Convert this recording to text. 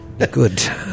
Good